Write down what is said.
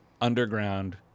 underground